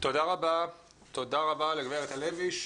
תודה רבה לגברת הלוי.